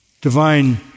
divine